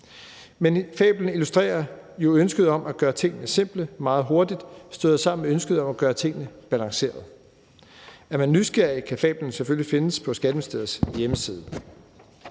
Men fablen illustrerer jo, at ønsket om at gøre tingene simple meget hurtigt støder sammen med ønsket om at gøre tingene balanceret. Er man nysgerrig, kan fablen selvfølgelig findes på Skatteministeriets hjemmeside.